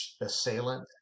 assailant